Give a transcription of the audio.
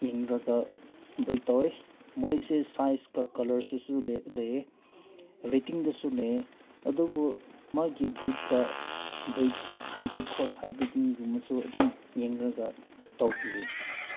ꯌꯦꯡꯂꯒ ꯕ꯭ꯔꯤꯠ ꯇꯧꯏ ꯃꯣꯏꯁꯦ ꯁꯥꯏꯁꯀ ꯀꯂꯔꯗꯁꯨ ꯂꯩ ꯔꯦꯇꯤꯡꯗꯁꯨ ꯂꯩ ꯑꯗꯨꯕꯨ ꯃꯥꯒꯤ ꯕ꯭ꯔꯤꯠꯀ ꯕ꯭ꯔꯤꯠ ꯍꯥꯏꯕ꯭ꯔꯤꯠ ꯈ꯭ꯔꯣꯁ ꯍꯥꯏꯕ꯭ꯔꯤꯠꯇꯤꯡꯒꯨꯝꯕꯁꯨ ꯑꯗꯨꯝ ꯌꯦꯡꯂꯒ ꯇꯧꯕꯤ